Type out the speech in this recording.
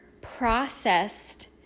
processed